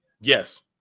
yes